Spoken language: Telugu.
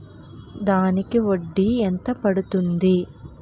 దానికి వడ్డీ ఎంత పడుతుంది?